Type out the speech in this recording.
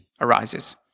arises